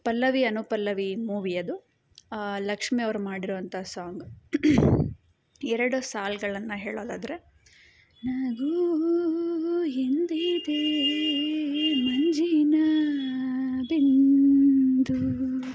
Pallavi Anupallavi movie ಅದು ಲಕ್ಷ್ಮಿ ಅವ್ರು ಮಾಡಿರುವಂಥ ಸಾಂಗ್ ಎರಡು ಸಾಲುಗಳನ್ನ ಹೇಳೋದಾದರೆ ನಗೂ ಎಂದಿದೇ ಮಂಜಿನಾ ಬಿಂದು